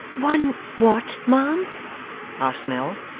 won what, ma'am asked nell.